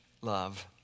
love